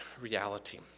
reality